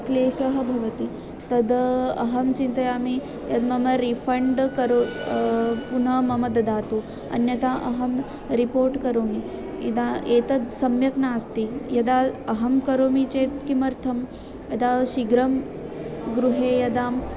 क्लेशः भवति तद् अहं चिन्तयामि यद् मम रिफ़ण्ड् करोतु पुनः मम ददातु अन्यथा अहं रिपोर्ट् करोमि इदानीम् एतत् सम्यक् नास्ति यदा अहं करोमि चेत् किमर्थं यदा शीघ्रं गृहे यदा